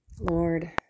Lord